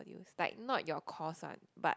he was like not your course one but